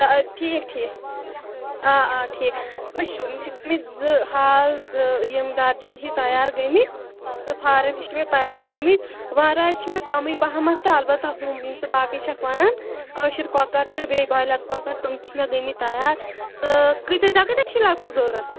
ٹھیٖک ٹھیٖک آ آ ٹھیٖک وٕچھِو مےٚ چھِ زٕ حال تہٕ یِم درجَن ہی تیار گٔمٕتۍ تہٕ فارَم مےٚ تَیار گٔمٕتۍ واریاہ حظ چھِ مےٚ کَمٕے پَہمَتھ تہٕ البتہ ہُم یِم ژٕ باقٕے چھَکھ وَنان کٲشِر کۄکَر تہٕ بیٚیہِ بایلَر کۄکَر تِم چھِ مےٚ گٔمٕتۍ تَیار تہٕ کۭتِس ژےٚ کۭتیاہ چھی لگ بگ ضوٚرَتھ